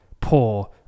poor